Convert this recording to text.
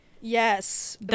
Yes